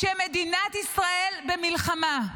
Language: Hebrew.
כשמדינת ישראל במלחמה,